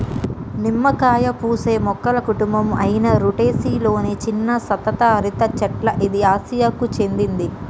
నిమ్మకాయ పూసే మొక్కల కుటుంబం అయిన రుటెసి లొని చిన్న సతత హరిత చెట్ల ఇది ఆసియాకు చెందింది